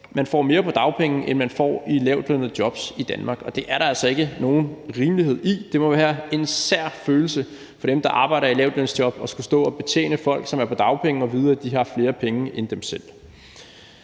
man får mere på dagpenge, end man får i et lavtlønnet job i Danmark, og det er der altså ikke nogen rimelighed i. Det må være en sær følelse for dem, der arbejder i lavtlønsjob, at skulle stå og betjene folk, som er på dagpenge, og vide, at de har flere penge end dem selv.